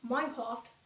Minecraft